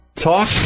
talk